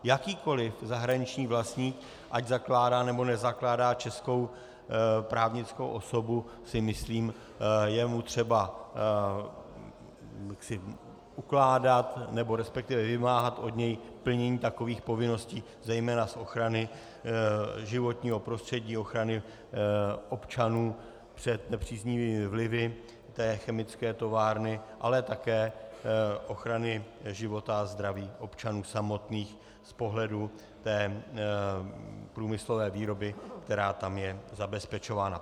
Jakýkoliv zahraniční vlastník, ať zakládá nebo nezakládá českou právnickou osobu, si myslím, je mu třeba ukládat, nebo resp. vymáhat od něj plnění takových povinností, zejména z ochrany životního prostředí, ochrany občanů před nepříznivými vlivy chemické továrny, ale také ochrany života a zdraví občanů samotných z pohledu průmyslové výroby, která tam je zabezpečována.